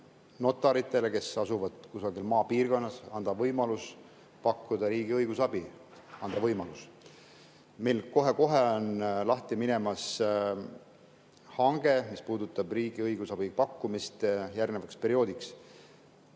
notaritele, kes asuvad kusagil maapiirkonnas, anda võimalus pakkuda riigi õigusabi. Anda võimalus. Meil kohe-kohe on lahti minemas hange, mis puudutab riigi õigusabi pakkumist järgnevaks perioodiks. Ma